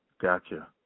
Gotcha